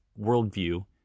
worldview